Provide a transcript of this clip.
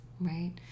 right